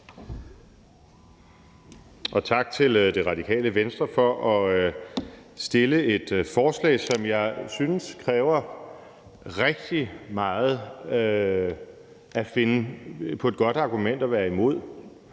og tak til Radikale Venstre for at have fremsat et forslag, som jeg synes det kræver rigtig meget at finde på et godt argument for at være imod.